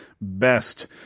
best